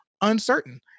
uncertain